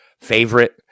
favorite